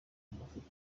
bafite